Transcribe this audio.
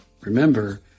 remember